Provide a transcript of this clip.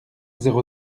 zéro